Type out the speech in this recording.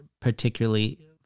particularly